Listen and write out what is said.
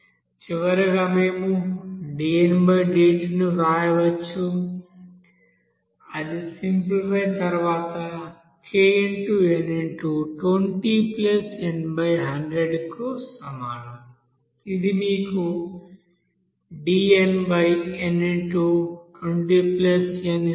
చివరగా మేము dndt ను వ్రాయవచ్చు అది సింప్లిఫై తర్వాత kn20n100 కు సమానం ఇది మీకు dnn20n ఇస్తుంది